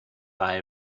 buy